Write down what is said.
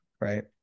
right